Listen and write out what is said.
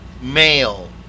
male